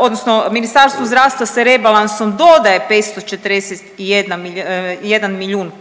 odnosno Ministarstvu zdravstva se rebalansom dodaje 541 milijun